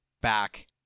back